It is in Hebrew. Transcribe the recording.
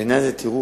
בעיני זה טירוף.